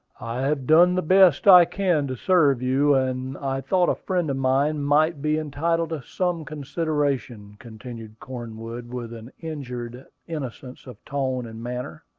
have done the best i can to serve you, and i thought a friend of mine might be entitled to some consideration, continued cornwood, with an injured innocence of tone and manner.